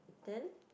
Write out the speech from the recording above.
then